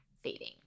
fading